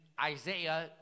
Isaiah